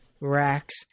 racks